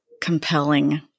compelling